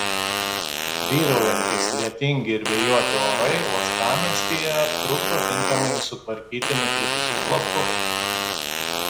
vyraujantys lietingi ir vėjuoti orai uostamiestyje trukdo tinkamai sutvarkyti nukritusius lapus